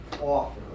offer